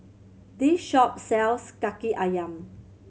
this shop sells Kaki Ayam